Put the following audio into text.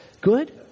Good